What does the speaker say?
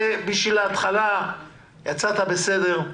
שבשביל ההתחלה יצאת בסדר.